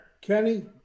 Kenny